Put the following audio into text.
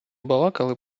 балакали